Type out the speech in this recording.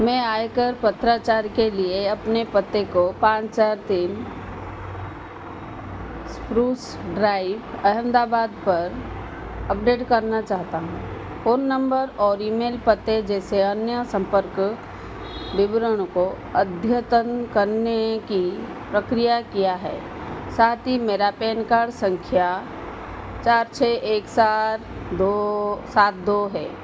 मैं आयकर पत्राचार के लिए अपने पते को पान चार तीन स्प्रूस ड्राइव अहमदाबाद पर अपडेट करना चाहता हूँ फ़ोन नंबर और ईमेल पते जैसे अन्य सम्पर्क विवरण को अद्यतन करने की प्रक्रिया क्या है साथ ही मेरी पैन कार्ड संख्या चार छः एक चार दो सात दो है